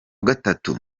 gatatu